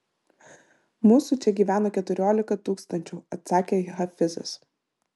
mūsų čia gyveno keturiolika tūkstančių atsakė hafizas